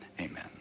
Amen